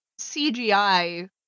CGI